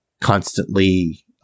constantly